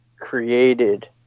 created